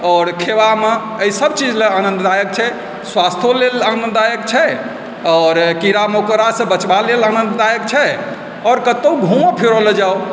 आओर खेबामे एहि सब चीज लेल आनन्ददायक छै स्वास्थ्यो लेल आनन्ददायक छै आओर कीड़ा मकोड़ा सँ बचबा लेल आनन्ददायक छै आओर कतौ घूमै फिरै लेल जाउ